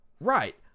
Right